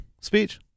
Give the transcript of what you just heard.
speech